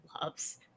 loves